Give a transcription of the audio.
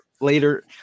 later